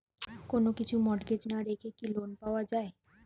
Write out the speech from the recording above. কোন কিছু মর্টগেজ না রেখে কি লোন পাওয়া য়ায়?